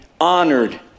honored